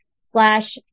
slash